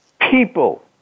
People